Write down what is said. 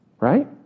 Right